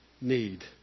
need